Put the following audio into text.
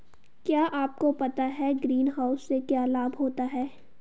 क्या आपको पता है ग्रीनहाउस से क्या लाभ होता है?